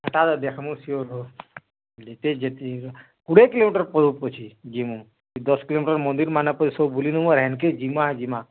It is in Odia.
ହେଟା ତ ଦେଖ୍ମୁ ସିଓର୍ ହୋ ଯେତେ ଯେ କୁଡ଼ିଏ କିଲୋମିଟର୍ ପଡ଼ୁ ପଛେ ଯିମୁ ଦଶ୍ କିଲୋମିଟର୍ ମନ୍ଦିର୍ ମାନ୍ଙ୍କର୍ ସବ୍ ବୁଲିଦେମୁ ମାନେ ହେନ୍କେ ଯିମା ଯିମା